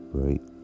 right